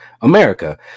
america